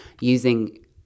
using